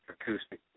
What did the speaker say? Acoustic